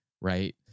right